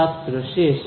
ছাত্র শেষ